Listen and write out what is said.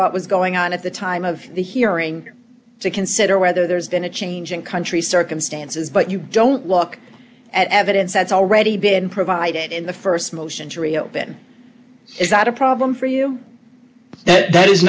what was going on at the time of the hearing to consider whether there's been a change in country circumstances but you don't look at evidence that's already been provided in the st motion to reopen is that a problem for you that th